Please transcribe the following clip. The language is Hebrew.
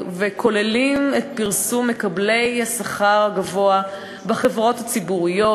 וכוללים את פרסום מקבלי השכר הגבוה בחברות הציבוריות,